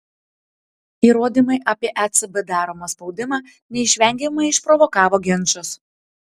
įrodymai apie ecb daromą spaudimą neišvengiamai išprovokavo ginčus